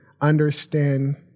understand